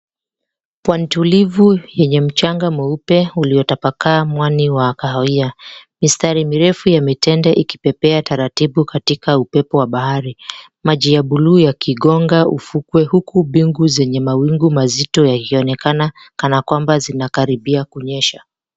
Pwanii tulivu yenye mchanga mweupe uliotapakaa mwani wa kahawia , mistari mirefu yametenda ikipepea taratibu katika upepo wa bahari . Maji ya bluu yakigonga ufukwe huku bingu zenye mawingu mazito yakionekana kanakwamba zinakaribia kunyesha.